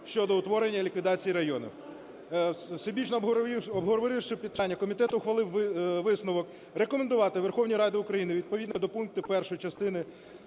щодо утворення і ліквідації районів. Всебічно обговоривши питання, комітет ухвалив висновок рекомендувати Верховній Раді України відповідно до пункту 1 статті